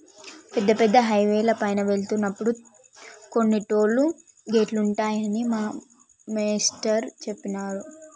పెద్ద పెద్ద హైవేల పైన వెళ్తున్నప్పుడు కొన్ని టోలు గేటులుంటాయని మా మేష్టారు జెప్పినారు